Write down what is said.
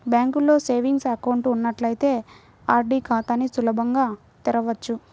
బ్యాంకులో savings account ఉన్నట్లయితే RD ఖాతాని సులభంగా తెరవచ్చు